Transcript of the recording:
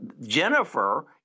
Jennifer